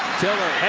tiller.